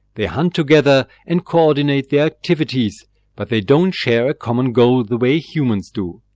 they hunt together and coordinate the activities but they don't share a common goal the way humans do.